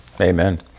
Amen